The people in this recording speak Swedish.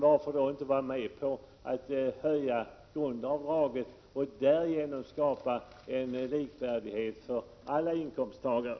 Varför då inte vara med på att höja grundavdraget och därigenom skapa likvärdighet för alla inkomsttagare?